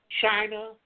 China